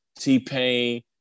T-Pain